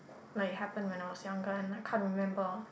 like it happen when I was younger and I can't remember